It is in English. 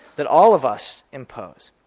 that all of us impose,